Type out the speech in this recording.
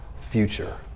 future